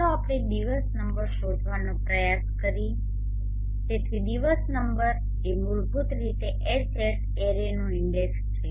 ચાલો આપણે દિવસ નંબર શોધવાનો પ્રયાસ કરીએ તેથી દિવસ નંબર એ મૂળભૂત રીતે Hat એરેનો ઇન્ડેક્સ છે